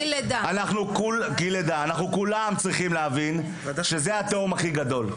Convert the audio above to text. אנחנו צריכים להבין שזו התהום הכי גדולה.